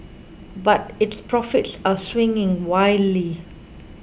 but its profits are swinging wildly